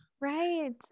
Right